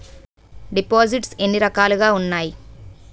దిపోసిస్ట్స్ ఎన్ని రకాలుగా ఉన్నాయి?